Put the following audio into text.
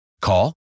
Call